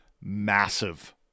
massive